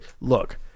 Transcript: look